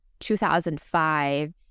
2005